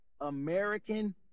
American